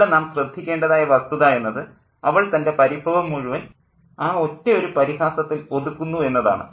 അവിടെ നാം ശ്രദ്ധിക്കേണ്ടതായ വസ്തുത എന്നത് അവൾ തൻ്റെ പരിഭവം മുഴുവൻ ആ ഒറ്റയൊരു പരിഹാസത്തിൽ ഒതുക്കുന്നു എന്നതാണ്